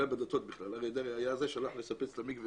אריה דרעי היה זה ששולח לשפץ מקווה,